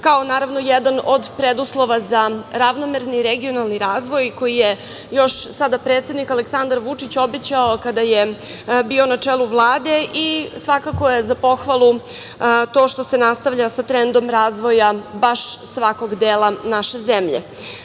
kao naravno jedan od preduslova za ravnomerni regionalni razvoj koji je još sada predsednik Aleksandar Vučić obećao kada je bio na čelu Vlade i svakako je za pohvalu to što se nastavlja sa trendom razvoja baš svakog dela naše zemlje.Zašto